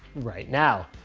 right now.